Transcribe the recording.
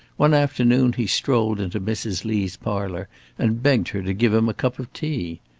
one afternoon he strolled into mrs. lee's parlour and begged her to give him a cup of tea.